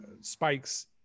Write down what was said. spikes